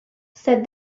said